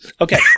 Okay